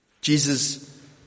Jesus